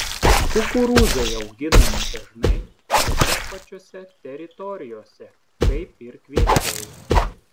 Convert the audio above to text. kukurūzai auginami dažnai tose pačiose teritorijose kaip ir kviečiai